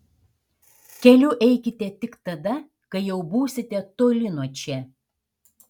keliu eikite tik tada kai jau būsite toli nuo čia